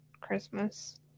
Christmas